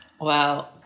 Wow